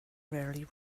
rarely